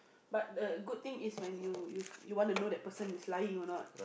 but a good thing is when you you you wanna know that person is lying or not